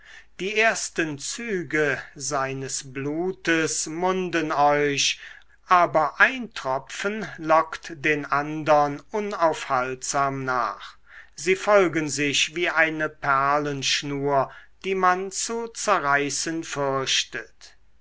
die ersten züge seines blutes munden euch aber ein tropfen lockt den andern unaufhaltsam nach sie folgen sich wie eine perlenschnur die man zu zerreißen fürchtet